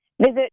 Visit